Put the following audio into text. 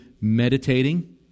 meditating